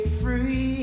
free